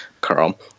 Carl